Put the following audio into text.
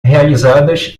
realizadas